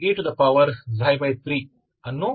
तो यह मुझे e 3v 23e 3C1 देगा